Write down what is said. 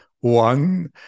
One